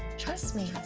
trust me.